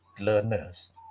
learners